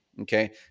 okay